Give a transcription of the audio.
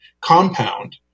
compound